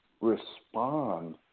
respond